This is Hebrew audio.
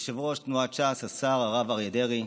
יושב-ראש תנועת ש"ס השר הרב אריה דרעי,